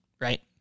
right